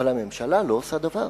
אבל, הממשלה לא עושה דבר.